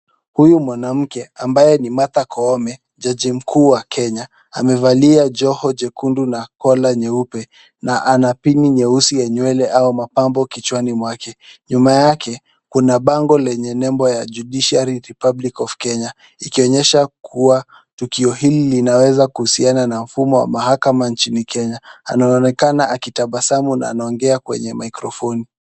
Huyu mwanamke ambaye ni Martha Koome, jaji mkuu wa Kenya amevalia joho jekundu na kola nyeupe na ana pini nyeusi ya nywele au mapambo kichwani mwake, nyuma yake kuna bango lenye nembo ya Judiciary republic of Kenya ikionyesha kuwa tukio hili linaweza kuhusiana na mfumo wa mahakama nchini Kenya. Anaonekana akitabasamu na anaongea kwenye microphone .